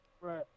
Right